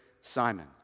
Simon